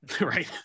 right